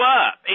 up